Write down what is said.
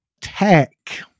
Tech